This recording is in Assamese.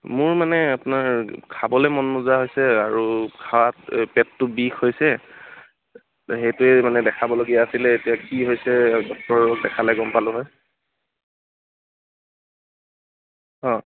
মোৰ মানে আপোনাৰ খাবলৈ মন নোযোৱা হৈছে আৰু খাত পেটটো বিষ হৈছে সেটোৱে মানে দেখাবলগীয়া আছিলে এতিয়া কি হৈছে ডক্টৰক দেখালে গম পালো হয় অঁ